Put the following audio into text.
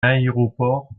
aéroport